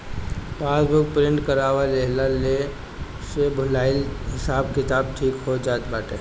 passbook print करवा लेहला से भूलाइलो हिसाब किताब ठीक हो जात बाटे